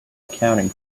accounting